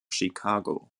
chicago